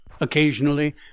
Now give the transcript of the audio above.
occasionally